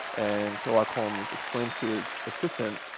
and sherlock holmes explains to his assistant,